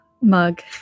mug